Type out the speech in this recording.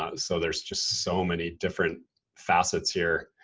ah so there's just so many different facets here,